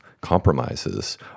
compromises